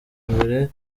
mbere